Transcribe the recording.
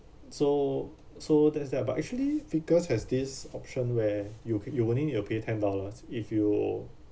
so so that's that but actually Vickers has this option where you ca~ you only need to pay ten dollars if you